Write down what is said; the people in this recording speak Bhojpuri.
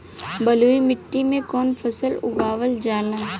बलुई मिट्टी में कवन फसल उगावल जाला?